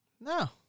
No